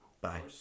Bye